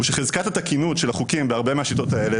הוא שהחזקת התקינות של החוקים בהרבה מהשיטות האלה